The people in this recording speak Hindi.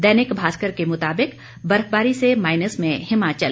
दैनिक भास्कर के मुताबिक बर्फबारी से माइनस में हिमाचल